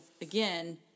again